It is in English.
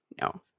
no